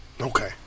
Okay